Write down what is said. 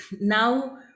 now